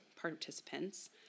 participants